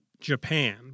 Japan